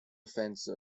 offense